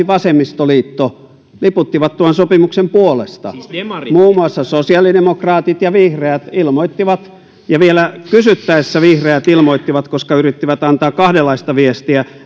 vasemmistoliitto liputtivat tuon sopimuksen puolesta muun muassa sosiaalidemokraatit ja vihreät ilmoittivat vihreät vielä kysyttäessä näin ilmoittivat koska he yrittivät antaa kahdenlaista viestiä